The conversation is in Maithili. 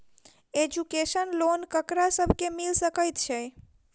एजुकेशन लोन ककरा सब केँ मिल सकैत छै?